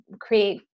create